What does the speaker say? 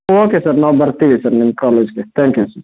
okay sir ನಾವು ಬರ್ತೀವಿ sir ನಿಮ್ಮ ಕಾಲೇಜ್ಗೆ ಥ್ಯಾಂಕ್ ಯು ಸ